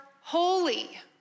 holy